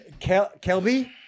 Kelby